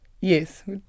Yes